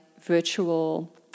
virtual